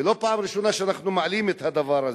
ולא בפעם הראשונה אנחנו מעלים את הדבר הזה.